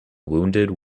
wounded